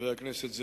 חבר הכנסת זאב,